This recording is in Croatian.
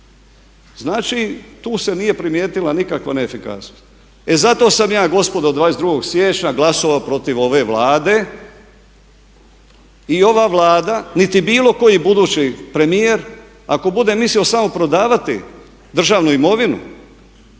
Znači, tu se nije primijetila nikakva neefikasnost. E zato sam ja gospodo 22. siječnja glasovao protiv ove Vlade. I ova Vlada niti bilo koji budući premijer ako bude mislio samo prodavati državnu imovinu,